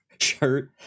shirt